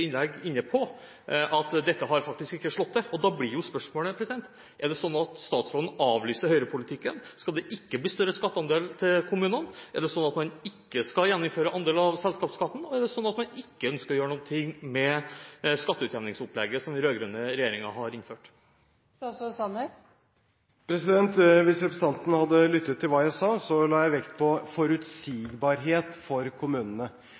innlegg inne på at dette har faktisk ikke slått til. Da blir spørsmålet: Er det slik at statsråden avlyser Høyre-politikken? Skal det ikke bli større skatteandel til kommunene? Er det sånn at man ikke skal gjeninnføre andel av selskapsskatten? Og er det sånn at man ikke ønsker å gjøre noe med skatteutjevningsopplegget som den rød-grønne regjeringen har innført? Hvis representanten hadde lyttet til hva jeg sa, ville han hørt at jeg la vekt på forutsigbarhet for kommunene.